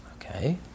Okay